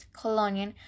colonial